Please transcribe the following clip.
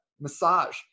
massage